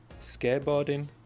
skateboarding